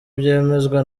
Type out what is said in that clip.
byemezwa